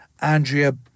Andrea